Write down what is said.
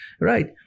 right